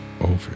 over